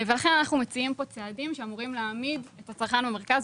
לכן אנחנו מציעים כאן צעדים שאמורים להעמיד את הצרכן במרכז.